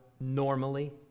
normally